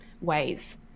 ways